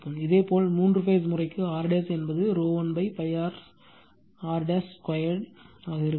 இதேபோல் மூன்று பேஸ் முறைக்கு R என்பது rho l pi r 2 ஆக இருக்கும்